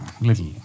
little